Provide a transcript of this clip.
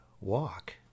walk